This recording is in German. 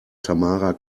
tamara